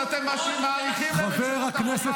חברת הכנסת